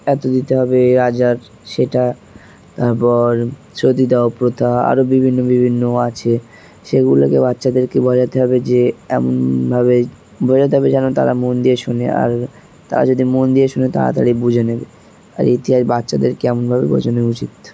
এত দিতে হবে রাজার সেটা তারপর সতীদাহও প্রথা আরও বিভিন্ন বিভিন্ন আছে সেগুলোকে বাচ্চাদেরকে বোঝাতে হবে যে এমনভাবে বোঝাতে হবে যেন তারা মন দিয়ে শোনে আর তারা যদি মন দিয়ে শোনে তাড়াতাড়ি বুঝে নেবে আর ইতিহাস বাচ্চাদেরকে এমনভাবে বোঝানো উচিত